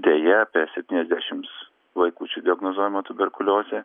deja apie septyniasdešimts vaikučių diagnozuojama tuberkuliozė